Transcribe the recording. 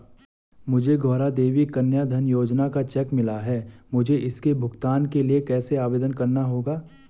मुझे गौरा देवी कन्या धन योजना का चेक मिला है मुझे इसके भुगतान के लिए कैसे आवेदन करना होगा?